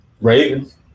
Ravens